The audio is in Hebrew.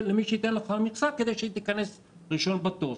למי שייתן לך מכסה כדי שתיכנס ראשון בתור.